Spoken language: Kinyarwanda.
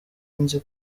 nzi